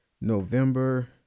November